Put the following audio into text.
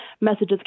messages